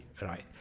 right